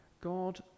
God